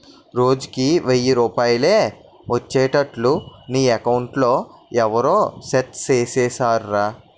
రోజుకి ఎయ్యి రూపాయలే ఒచ్చేట్లు నీ అకౌంట్లో ఎవరూ సెట్ సేసిసేరురా